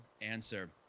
answer